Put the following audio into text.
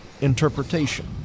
interpretation